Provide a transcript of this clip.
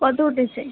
কত উঠেছে